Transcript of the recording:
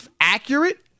accurate